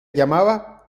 llamaba